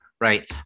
Right